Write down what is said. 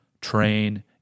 train